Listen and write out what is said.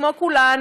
כמו כולן,